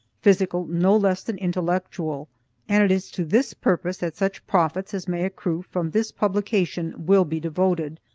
physical no less than intellectual and it is to this purpose that such profits as may accrue from this publication will be devoted.